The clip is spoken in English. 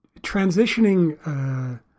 transitioning